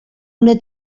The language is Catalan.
una